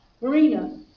Marina